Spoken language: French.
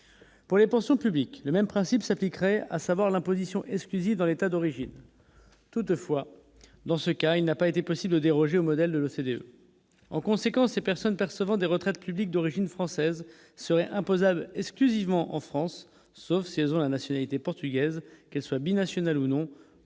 pour les pensions publiques le même principe s'appliquerait à savoir l'imposition et ce qu'il vivent dans l'état d'origine, toutefois, dans ce cas, il n'a pas été possible de déroger au modèle de l'OCDE en conséquence et personnes percevant des retraites publiques d'origine française, serait à l'exclusivement en France, sauf s'ils ont la nationalité portugaise, qu'elle soit binationale ou non,